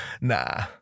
nah